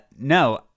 no